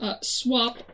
Swap